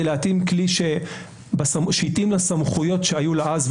להתאים כלי שהתאים לסמכויות שהיו לה אז,